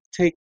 take